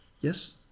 yes